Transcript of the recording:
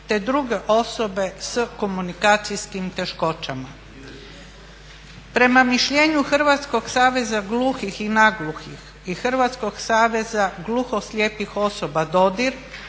te druge osobe s komunikacijskim teškoćama. Prema mišljenju Hrvatskog saveza gluhih i nagluhih i Hrvatskog saveza gluhoslijepih osoba Dodir